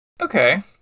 Okay